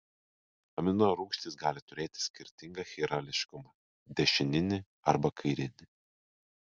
aminorūgštys gali turėti skirtingą chirališkumą dešininį arba kairinį